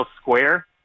square